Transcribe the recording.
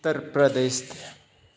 Uttar Pradesh